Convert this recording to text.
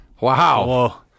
Wow